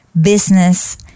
business